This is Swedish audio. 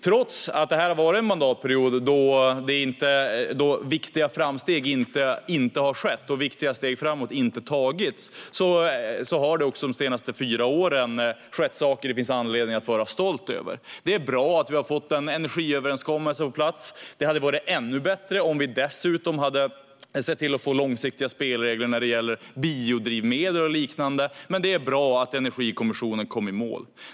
Trots att detta har varit en mandatperiod då viktiga framsteg inte har skett och viktiga steg framåt inte har tagits har det också skett saker under de senaste fyra åren som det finns anledning att vara stolt över. Det är bra att vi har fått en energiöverenskommelse på plats. Det hade varit ännu bättre om vi dessutom hade fått långsiktiga spelregler när det gäller biodrivmedel och liknande, men det är bra att Energikommissionen kom i mål.